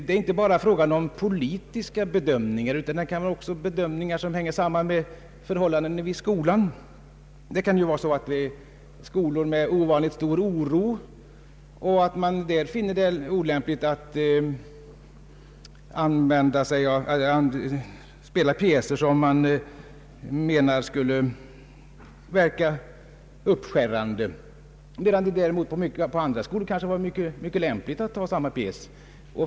Det är här inte bara fråga om politiska bedömningar, utan det kan också vara fråga om be dömningar som hänger samman med förhållandena vid en skola. Det kan finnas skolor där det råder ovanligt stor oro och där man fördenskull finner det olämpligt att spela en pjäs som man menar skulle verka uppskärrande. I andra skolor kan det vara mycket lämpligt att uppföra samma pjäs.